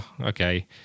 okay